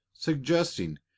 suggesting